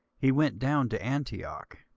he went down to antioch.